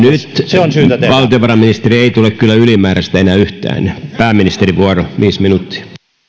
se on syytä tehdä nyt valtiovarainministeri ei tule kyllä ylimääräistä aikaa enää yhtään pääministerin vuoro viisi minuuttia